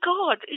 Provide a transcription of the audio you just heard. God